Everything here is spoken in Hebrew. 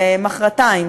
מחרתיים,